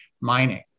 mining